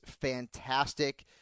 fantastic